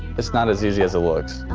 it's not as easy as it looks.